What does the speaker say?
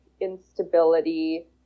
instability